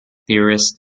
theorists